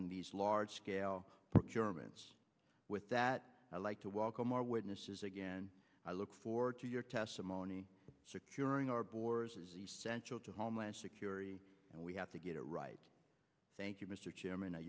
in these large scale germany with that i'd like to welcome our witnesses again i look forward to your testimony securing our borders is essential to homeland security and we have to get it right thank you mr chairman